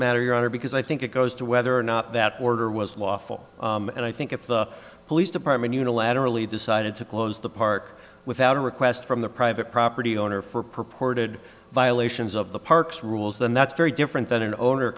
matter your honor because i think it goes to whether or not that order was lawful and i think if the police department unilaterally decided to close the park without a request from the private property owner for purported violations of the parks rules then that's very different than an owner